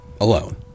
alone